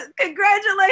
congratulations